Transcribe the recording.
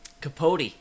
Capote